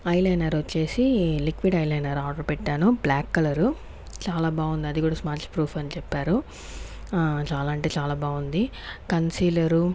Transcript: eye liner వచ్చేసి liquid eyeliner order పెట్టాను black colour చాలా బాగుందది కూడా స్మచ్ ప్రూఫ్ అని చెప్పారు చాలా అంటే చాలా బాగుంది కన్సీలరు